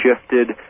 shifted